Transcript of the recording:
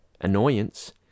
annoyance